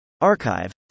Archive